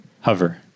Hover